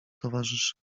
towarzysza